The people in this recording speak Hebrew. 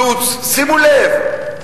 שימו לב,